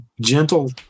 gentle